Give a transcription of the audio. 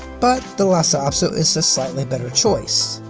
but the lhasa apso is a slightly better choice.